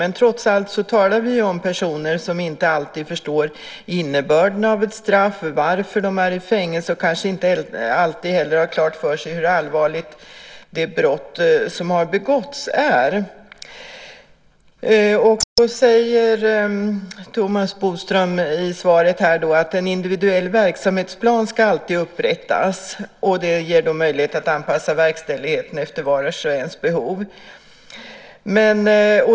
Men trots allt talar vi om personer som inte alltid förstår innebörden av ett straff, varför de är i fängelse, och kanske inte alltid har klart för sig hur allvarligt det brott som har begåtts är. Thomas Bodström sade i sitt svar att en individuell verksamhetsplan alltid ska upprättas. Det ger möjlighet att anpassa verkställigheten efter vars och ens behov.